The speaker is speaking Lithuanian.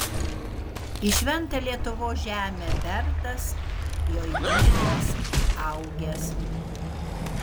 į šventą lietuvos žemę bertas joj dygęs augęs